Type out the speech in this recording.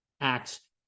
acts